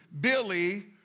Billy